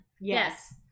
Yes